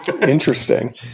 Interesting